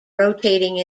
rotating